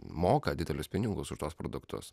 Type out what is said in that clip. moka didelius pinigus už tuos produktus